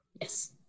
Yes